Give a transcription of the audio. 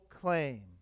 claim